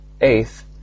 Eighth